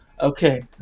Okay